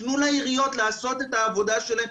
תנו לעיריות לעשות את העבודה שלהן,